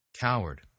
coward